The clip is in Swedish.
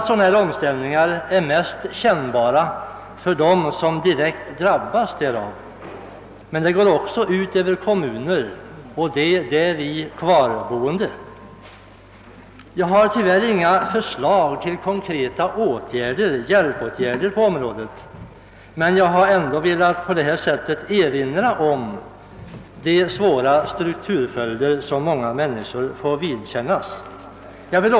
Sådana här omställningar är väl mest kännbara för dem som direkt drabbas därav, men de går också ut över ifrågavarande kommuner och de där kvarboende. Jag har tyvärr inga förslag till konkreta hjälpåtgärder på området att framföra, men jag har velat erinra om de svårigheter som många människor får vidkännas till följd av strukturomvandlingen.